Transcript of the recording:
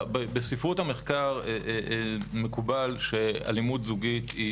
בספרות המחקר מקובל שאלימות זוגית היא